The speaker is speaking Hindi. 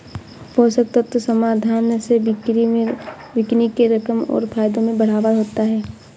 पोषक तत्व समाधान से बिक्री के रकम और फायदों में बढ़ावा होता है